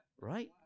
right